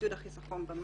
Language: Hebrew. לעידוד החיסכון במים.